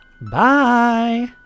Bye